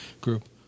group